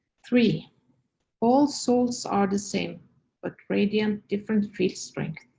three all souls are the same but radiant different field-strengths.